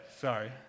Sorry